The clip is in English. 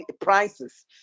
prices